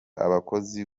abakozi